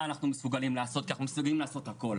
אנחנו מסוגלים לעשות כי אנחנו מסוגלים לעשות הכול,